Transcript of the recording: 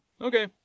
okay